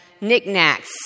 knickknacks